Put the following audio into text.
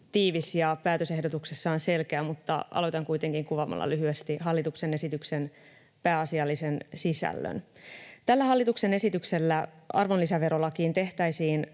ja päätösehdotuksessaan selkeä, mutta aloitan kuitenkin kuvaamalla lyhyesti hallituksen esityksen pääasiallisen sisällön. Tällä hallituksen esityksellä arvonlisäverolakiin tehtäisiin